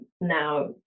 now